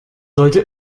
sollte